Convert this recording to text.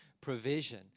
provision